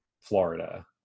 florida